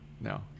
No